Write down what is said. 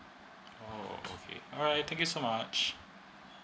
oh okay alright thank you so much